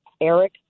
Eric